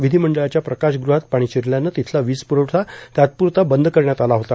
विधिमंडळाच्या प्रकाश गृहात पाणी शिरल्यानं तिथला वीजपुरवठा तात्पुरता बंद करण्यात आला होता